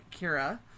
Kira